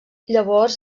llavors